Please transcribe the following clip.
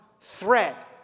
threat